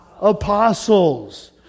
Apostles